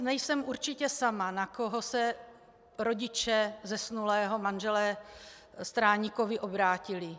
Nejsem určitě sama, na koho se rodiče zesnulého manželé Stráníkovi obrátili.